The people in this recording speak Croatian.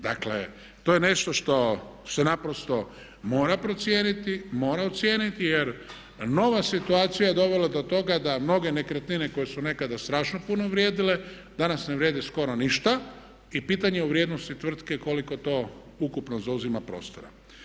Dakle, to je nešto što se naprosto mora procijeniti, mora ocijeniti jer nova situacija je dovela do toga da mnoge nekretnine koje su nekada strašno puno vrijedile danas ne vrijede skoro ništa i pitanje je u vrijednosti tvrtke koliko to ukupno zauzima prostora.